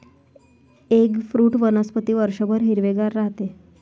eggfruit वनस्पती वर्षभर हिरवेगार राहते